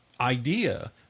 idea